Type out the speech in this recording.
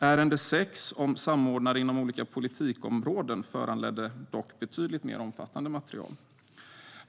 Ärende 6, Samordnare inom olika politikområden, föranledde dock ett betydligt mer omfattande material.